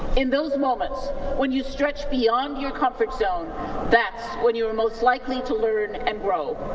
in those moments when you stretch beyond your comfort zone that's when you are most likely to learn and grow.